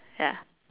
ya